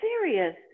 serious